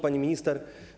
Pani Minister!